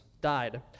died